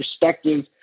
perspective